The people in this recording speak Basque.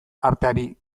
arteari